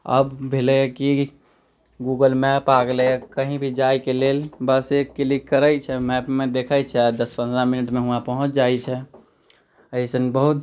आब भेलै की गूगल मैप आ गेलैया कहींँ भी जायके लेल बस एक क्लिक करैत छै मैपमे देखैत छै आ दश पन्द्रह मिनटमे ओतऽ पहुँच जाइत छै अइसन बहुत